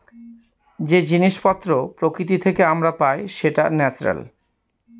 যে জিনিস পত্র প্রকৃতি থেকে আমরা পাই সেটা ন্যাচারাল